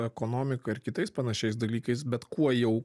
ekonomika ir kitais panašiais dalykais bet kuo jau